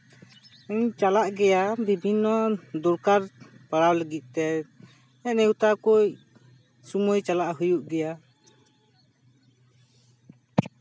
ᱤᱧ ᱪᱟᱞᱟᱜ ᱜᱮᱭᱟ ᱵᱤᱵᱷᱤᱱᱱᱚ ᱫᱚᱨᱠᱟᱨ ᱯᱟᱲᱟᱣ ᱞᱟᱹᱜᱤᱫ ᱛᱮ ᱱᱮᱣᱛᱟ ᱠᱚ ᱥᱩᱢᱟᱹᱭ ᱪᱟᱞᱟᱜ ᱦᱩᱭᱩᱜ ᱜᱮᱭᱟ